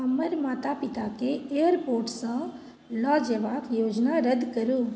हमर माता पिताके एयरपोर्टसँ लऽ जेबाक योजना रद्द करू